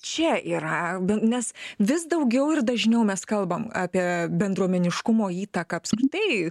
čia yra nes vis daugiau ir dažniau mes kalbam apie bendruomeniškumo įtaką apskritai